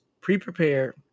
pre-prepared